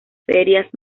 ferias